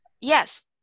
yes